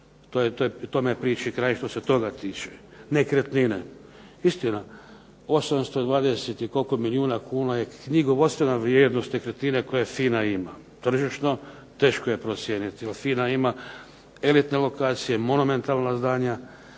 tome je priči kraj što se toga tiče. Nekretnine. Istina, 820 i koliko milijuna kuna je knjigovodstvena vrijednost nekretnine koje FINA ima, tržišno teško je procijeniti, jer FINA ima …/Ne razumije se./… lokacije, monumentalna zdanja